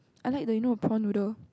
I like the you know prawn noodle